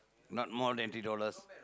not more than three dollars